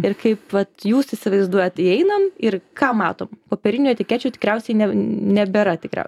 ir kaip vat jūs įsivaizduojat įeinam ir ką matom popierinių etikečių tikriausiai ne nebėra tikriau